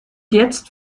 jetzt